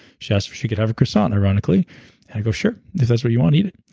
she asked if she could have a croissant, ironically i go, sure. if that's what you want, eat it.